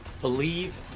Believe